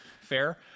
fair